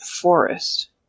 forest